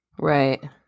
Right